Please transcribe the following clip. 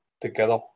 together